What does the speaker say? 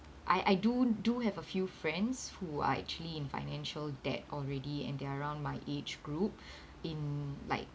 I I do do have a few friends who are actually in financial debt already and they're around my age group in like